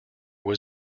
was